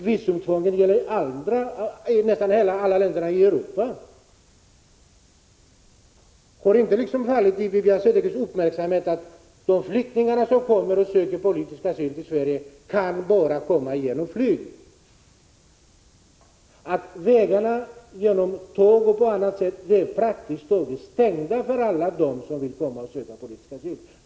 Visumtvånget gäller i nästan alla länder i Europa. Har inte Wivi-Anne Cederqvist uppmärksammat att de flyktingar som kommer till Sverige och söker politisk asyl bara kan komma via flyg? Vägarna per tåg o.d. är praktiskt taget stängda för alla dem som vill komma hit och söka politisk asyl.